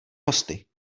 hosty